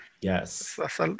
yes